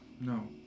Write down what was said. No